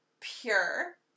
pure